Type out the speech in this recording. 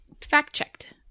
Fact-checked